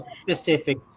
specific